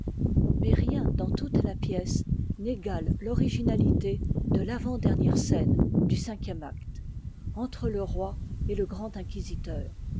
mais rien dans toute la pièce n'égate l'originalité de l'avant-dernière scène du cinquième acte entre te roi et le grand